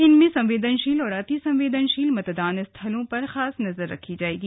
इनमें संवेदन ील और अति संवेदन ील मतदान स्थलों पर खास नजर रखी जाएगी